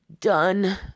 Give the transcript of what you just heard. done